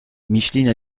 micheline